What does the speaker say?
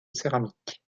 céramique